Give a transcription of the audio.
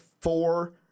four